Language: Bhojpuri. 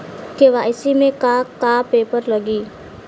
के.वाइ.सी में का का पेपर लगी?